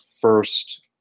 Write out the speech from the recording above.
first